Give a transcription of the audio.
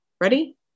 Ready